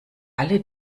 alle